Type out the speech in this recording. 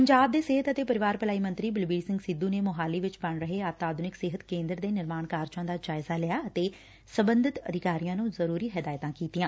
ਪੰਜਾਬ ਦੇ ਸਿਹਤ ਅਤੇ ਪਰਿਵਾਰ ਭਲਾਈ ਮੰਤਰੀ ਬਲਬੀਰ ਸਿੰਘ ਸਿੱਧੁ ਨੇ ਮੋਹਾਲੀ ਚ ਵਿਚ ਬਣ ਰਹੇ ਅਤਿ ਆਧੁਨਿਕ ਸਿਹਤ ਕੇਂਦਰ ਦੇ ਨਿਰਮਾਣ ਕਾਰਜਾਂ ਦਾ ਜਾਇਜ਼ਾ ਲਿਆ ਅਤੇ ਸਬੰਧਤ ੱਧਿਕਾਰੀਆਂ ਨੂੰ ਜ਼ਰੁਰੀ ਹਦਾਇਤਾਂ ਦਿਤੀਆਂ